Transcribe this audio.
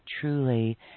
truly